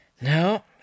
No